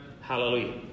Hallelujah